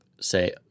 say